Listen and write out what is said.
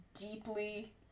deeply